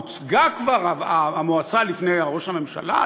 הוצגה כבר המועצה לפני ראש הממשלה,